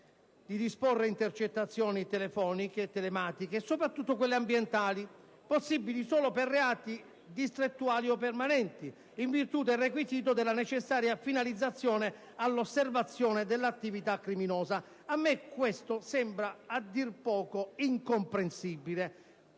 di disporre intercettazioni telefoniche, telematiche e soprattutto ambientali, possibili solo per reati distrettuali o permanenti, in virtù del requisito della necessaria finalizzazione all'osservazione dell'attività criminosa: ciò mi sembra a dir poco incomprensibile.